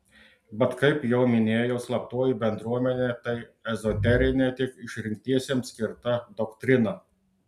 bet kaip jau minėjau slaptoji bendruomenė tai ezoterinė tik išrinktiesiems skirta doktrina